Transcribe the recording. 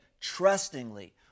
trustingly